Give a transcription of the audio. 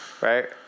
Right